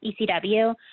ECW